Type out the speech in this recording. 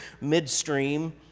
midstream